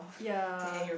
ya